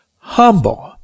humble